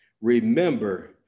Remember